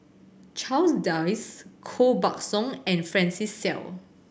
Charles Dyce Koh Buck Song and Francis Seow